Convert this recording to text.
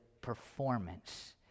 performance